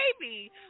baby